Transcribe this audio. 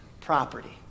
property